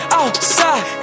outside